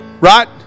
right